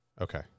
Okay